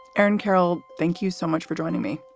aaron carroll, thank you so much for joining me.